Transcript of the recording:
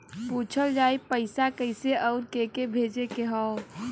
पूछल जाई पइसा कैसे अउर के के भेजे के हौ